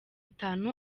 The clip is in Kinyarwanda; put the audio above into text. itanu